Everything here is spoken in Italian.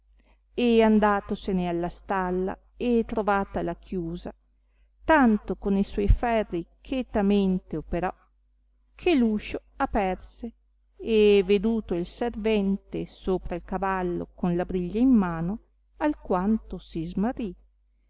e andatosene alla stalla e trovatala chiusa tanto con e suoi ferri chetamente operò che l'uscio aperse e veduto il servente sopra il cavallo con la briglia in mano alquanto si smarrì